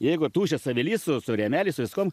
jeigu tuščias avilys su su rėmeliais su viskuom